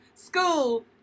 school